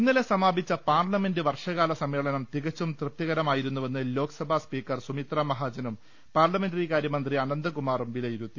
ഇന്നലെ സമാപിച്ച പാർലമെന്റ് വർഷകാല സമ്മേളനം തികച്ചും തൃപ്തികരമായിരുന്നുവെന്ന് ലോക്സഭാ സ്പീക്കർ സുമിത്ര മഹാജനും പാർലമെന്ററികാര്യ മന്ത്രി അനന്തകുമാറും വിലയിരുത്തി